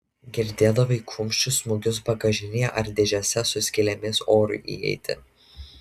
girdėdavai kumščių smūgius bagažinėje ar dėžėse su skylėmis orui įeiti